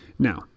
Now